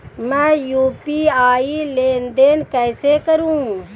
मैं यू.पी.आई लेनदेन कैसे करूँ?